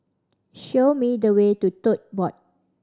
show me the way to Tote Board